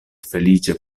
feliĉe